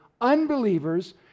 Unbelievers